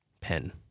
pen